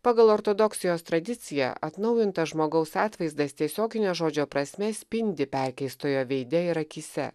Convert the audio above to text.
pagal ortodoksijos tradiciją atnaujintas žmogaus atvaizdas tiesiogine žodžio prasme spindi perkeistojo veide ir akyse